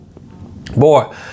Boy